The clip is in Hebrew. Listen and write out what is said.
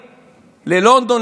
ללונדון,